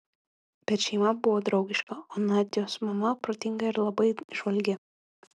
bet šeima buvo draugiška o nadios mama protinga ir labai įžvalgi